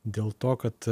dėl to kad